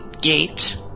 gate